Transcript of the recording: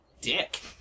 dick